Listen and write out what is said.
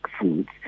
foods